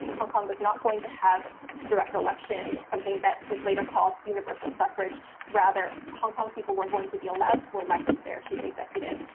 hong kong was not going to have direct election, something that was later called universal suffrage. rather, hong kong people were going to be allowed to elect their chief executive,